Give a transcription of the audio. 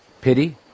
pity